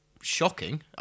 shocking